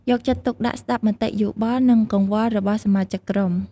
យកចិត្តទុកដាក់ស្តាប់មតិយោបល់ និងកង្វល់របស់សមាជិកក្រុម។